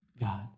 God